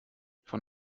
von